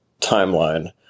timeline